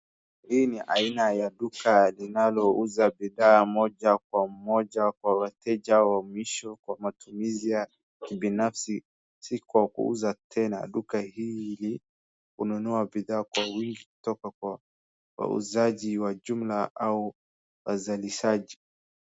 Hii ni aina ya duka inalouza bidhaa moja kwa moja kwa wateja wa mwisho kwa matumizi ya kibinafsi si kwa kuuza tena. Duka hili hununua bidhaa kwa wingi kutoka kwa wauzaji wa jumla au wazalishaji.